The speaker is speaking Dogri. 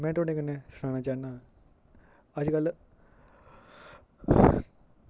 में थोआड़े कन्नै सनाना चाह्नां अजकल्ल